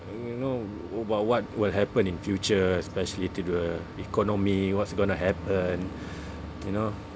you know about what will happen in future especially to the economy what's gonna happen you know